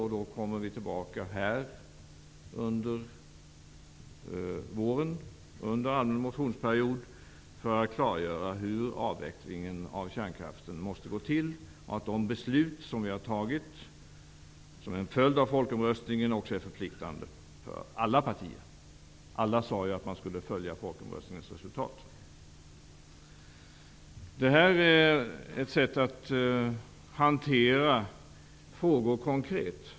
Under den allmänna motionsperioden under våren kommer Centern tillbaka till frågan för att klargöra hur avvecklingen av kärnkraften måste gå till. Det beslut som fattades som en följd av folkomröstningen är förpliktande för alla partier. Alla partier sade att man skulle följa folkomröstningens resultat. Det här är ett sätt att hantera frågor konkret.